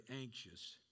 anxious